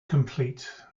complete